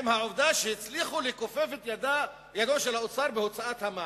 עם העובדה שהצליחה לכופף את ידו של האוצר בהוצאת המע"מ.